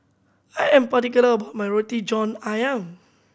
I am particular about my Roti John Ayam